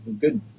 Good